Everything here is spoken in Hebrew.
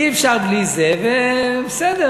אי-אפשר בלי זה, ובסדר,